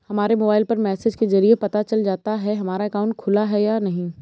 हमारे मोबाइल पर मैसेज के जरिये पता चल जाता है हमारा अकाउंट खुला है या नहीं